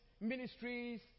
ministries